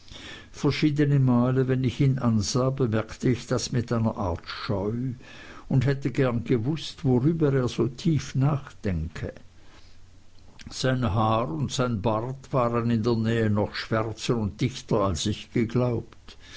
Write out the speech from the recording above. verschiedene male wenn ich ihn ansah bemerkte ich das mit einer art scheu und hätte gern gewußt worüber er wohl so tief nachdenke sein haar und sein bart waren in der nähe noch schwärzer und dichter als ich geglaubt